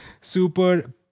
super